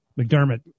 McDermott